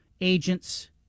agents